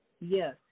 Yes